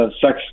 sex